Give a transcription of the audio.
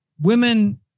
women